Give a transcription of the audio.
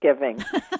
Thanksgiving